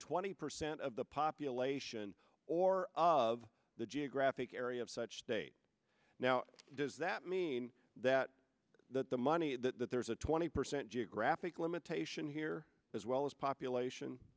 twenty percent of the population or of the geographic area of such states now does that mean that the money that there's a twenty percent geographic limitation here as well as population